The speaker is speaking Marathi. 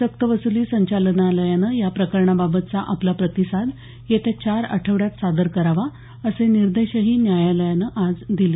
सक्त वसुली संचालनालयानं या प्रकरणाबाबतचा आपला प्रतिसाद येत्या चार आठवड्यात सादर करावा असे निर्देशही न्यायालयानं आज दिले